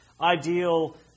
ideal